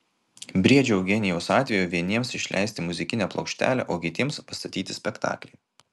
briedžio eugenijaus atveju vieniems išleisti muzikinę plokštelę o kitiems pastatyti spektaklį